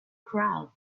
crowd